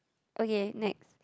okay next